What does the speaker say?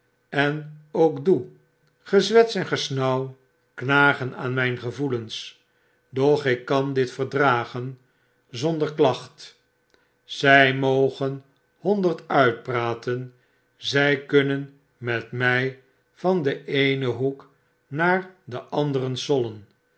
en ook doe gezwets en gesnauw knagen aan myn gevoelens doch ik kan dit verdragen zonder klacht zy mogen honderd uit praten zy kunnen met my van den eenen hoek naar den anderen sollen